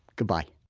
goodbye